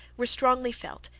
were strongly felt,